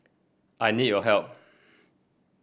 I need your help